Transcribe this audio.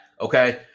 okay